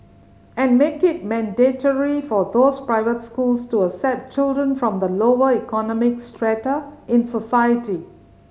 and make it mandatory for those private schools to accept children from the lower economic strata in society